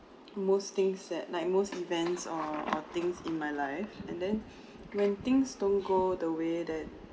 most things at night most events or or things in my life and then when things don't go the way that